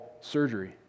surgery